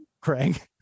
Craig